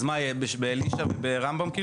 אז מה יהיה, באלישע וברמב"ם?